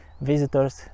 visitors